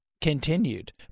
Continued